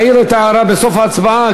אדוני יעיר את ההערה בסוף ההצבעה.